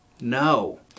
No